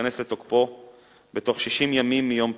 ייכנס לתוקפו בתוך 60 ימים מיום פרסומו,